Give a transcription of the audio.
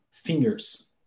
fingers